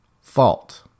fault